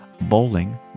Bowling